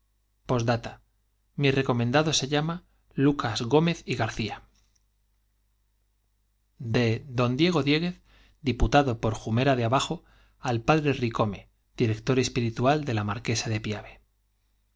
mi recomendado se llama lucas gómez y garcía de don diego diéguez diputado por al padre bicorne director espiritual de la marquesa de piave